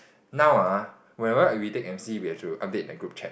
now ah whenever we take m_c we have to update in a group chat